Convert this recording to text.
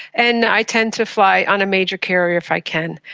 and i tend to fly on a major carrier if i can.